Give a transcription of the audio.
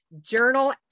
journal